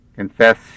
Confess